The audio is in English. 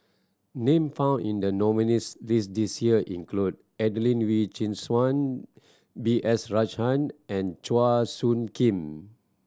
name found in the nominees' list this year include Adelene Wee Chin Suan B S Rajhan and Chua Soo Khim